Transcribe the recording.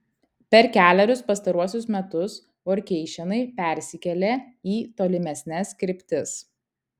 per kelerius pastaruosius metus vorkeišenai persikėlė į tolimesnes kryptis